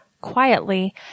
quietly